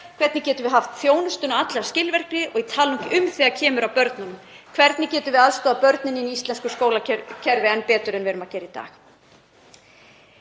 Hvernig getum við haft þjónustuna skilvirka? Og ég tala nú ekki um þegar kemur að börnunum. Hvernig getum við aðstoðað börnin í íslensku skólakerfi enn betur en við gerum í dag?